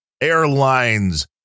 airlines